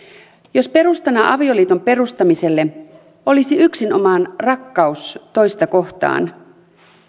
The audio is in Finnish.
jos perustana avioliiton perustamiselle olisi yksinomaan rakkaus toista kohtaan